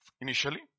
initially